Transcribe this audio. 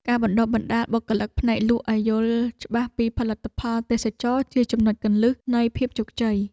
ការបណ្តុះបណ្តាលបុគ្គលិកផ្នែកលក់ឱ្យយល់ច្បាស់ពីផលិតផលទេសចរណ៍ជាចំណុចគន្លឹះនៃភាពជោគជ័យ។